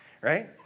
right